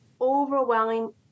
overwhelming